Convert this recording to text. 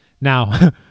Now